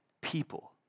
people